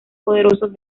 poderosos